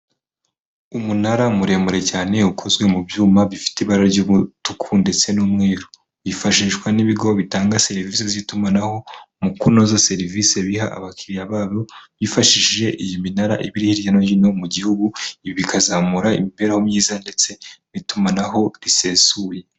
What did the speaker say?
Umunara muremure cyane ukozwe mu byuma bifite ibara ry'umutuku ndetse n'umweru, wifashishwa n'ibigo bitanga serivisi z'itumanaho mu kunoza serivisi biha abakiririya babo bifashishije iyi minara iba iri hirya no hino mu gihugu, ibi bikazamura imibereho myiza ndetse n'itumanaho risesuye.